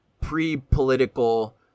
pre-political